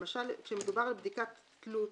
למשל כשמדובר על בדיקת תלות,